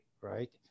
right